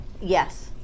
yes